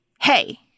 Hey